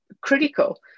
critical